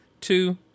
two